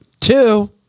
Two